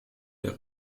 der